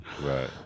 Right